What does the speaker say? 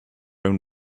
own